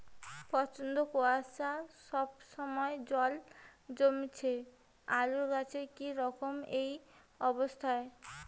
প্রচন্ড কুয়াশা সবসময় জল জমছে আলুর গাছে কি করব এই অবস্থায়?